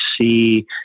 see